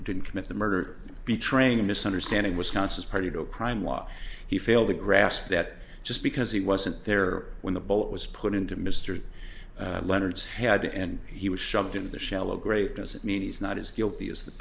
didn't commit the murder betraying a misunderstanding wisconsin's party to a crime law he failed to grasp that just because he wasn't there when the boat was put into mr leonard's had and he was shoved into the shallow grave doesn't mean he's not as guilty as the